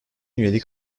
üyelik